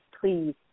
please